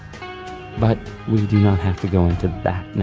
but we do not have to go into that now.